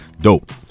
Dope